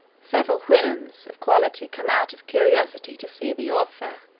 several houyhnhnms of quality come out of curiosity to see the author.